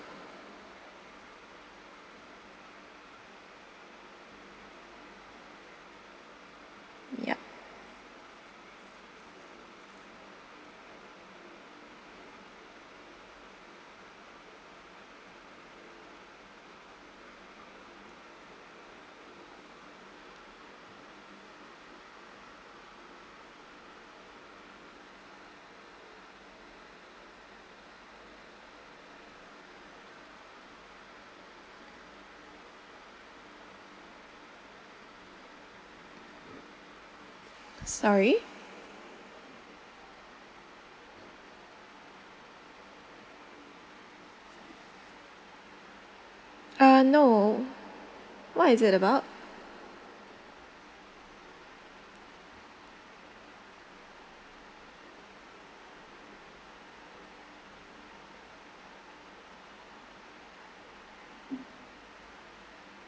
yup sorry ah no what is it about